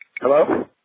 Hello